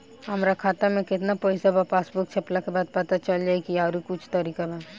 हमरा खाता में केतना पइसा बा पासबुक छपला के बाद पता चल जाई कि आउर कुछ तरिका बा?